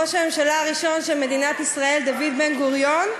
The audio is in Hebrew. ראש הממשלה הראשון של מדינת ישראל, דוד בן-גוריון,